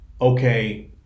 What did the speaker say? okay